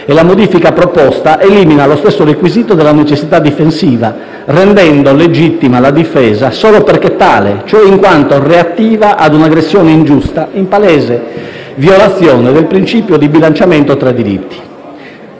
e la modifica proposta elimina lo stesso requisito della necessità difensiva, rendendo legittima la difesa solo perché tale, cioè in quanto reattiva ad un'aggressione ingiusta, in palese violazione del principio di bilanciamento tra diritti.